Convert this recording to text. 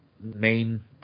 main